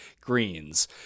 greens